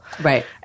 right